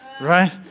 right